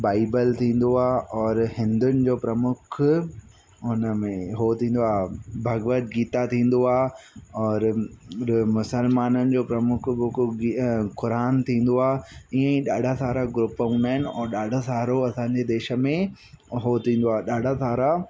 Bible थींदो आहे और हिंदुनि जो प्रमुख हुन में हो थींदो आहे भगवत गीता थींदो आहे और मुसलमाननि जो प्रमुखे बुक कुरान थींदो आहे ईअं ई ॾाढा सारस ग्रुप हूंदा आहिनि ऐं ॾाढो सारो असांजे देश में हो थींदो आहे ॾाढा सारा